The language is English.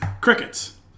Crickets